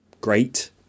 great